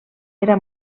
era